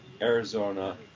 Arizona